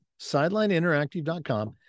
sidelineinteractive.com